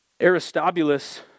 Aristobulus